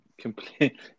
complete